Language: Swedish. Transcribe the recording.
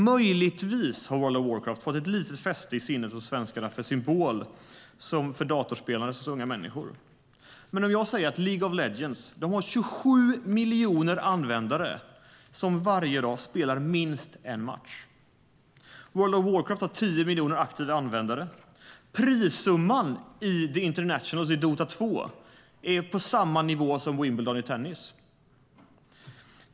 Möjligtvis har World of Warcraft fått ett litet fäste i sinnet hos svenskarna som en symbol för dataspelandet hos unga människor. Men jag säger att League of Legends har 27 miljoner användare som varje dag spelar minst en match. World of Warcraft har 10 miljoner aktiva användare. Prissumman i the Internationals i Dota 2 är på samma nivå som i Wimbledon i tennis.